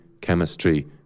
chemistry